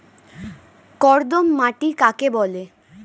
কর্দম মাটি কাকে বলে?